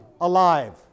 alive